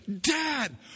dad